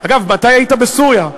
אגב, מתי היית בסוריה?